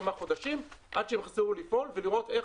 כמה חודשים עד שהם יחזרו לפעול ולראות איך